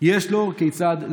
יש לו כיצד לנוע.